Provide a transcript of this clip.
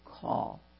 call